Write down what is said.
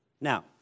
Now